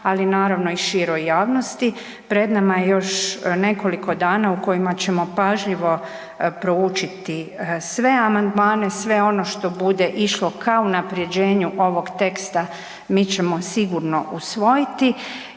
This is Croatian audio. ali naravno i široj javnosti. Pred nama je još nekoliko dana u kojima ćemo pažljivo proučiti sve amandmane, sve ono što bude išlo ka unapređenju ovog teksta mi ćemo sigurno usvojiti.